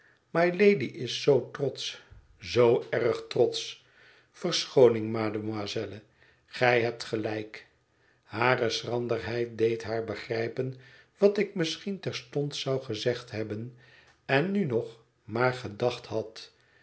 mylady is zoo trotsch zoo erg trotsch verschooning mademoiselle gij hebt gelijk hare schranderheid deed haar begrijpen wat ik misschien terstond zou gezegd hebben en nu nog maar gedacht had